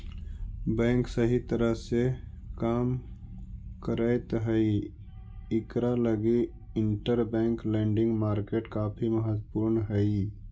bank सही तरह से काम करैत हई इकरा लगी इंटरबैंक लेंडिंग मार्केट काफी महत्वपूर्ण हई